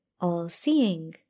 all-seeing